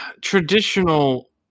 traditional